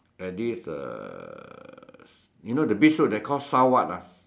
at this uh you know the beach road that call sa~ what ah